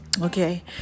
Okay